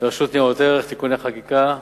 ברשות ניירות ערך (תיקוני חקיקה).